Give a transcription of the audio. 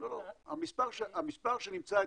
הוא נמצא בבתי משפט.